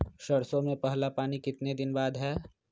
सरसों में पहला पानी कितने दिन बाद है?